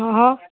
અહં હ